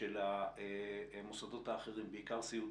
של המוסדות האחרים, בעיקר סיעודיים.